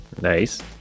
Nice